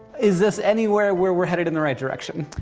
is this anywhere where we're headed in the right direction?